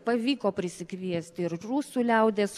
pavyko prisikviesti ir rusų liaudies